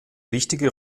wichtige